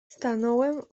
stanąłem